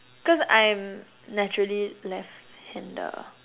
cause I'm naturally left hander